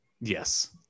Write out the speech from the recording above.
Yes